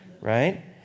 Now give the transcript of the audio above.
right